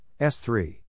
S3